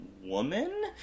woman